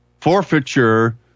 Forfeiture